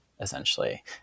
essentially